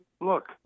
look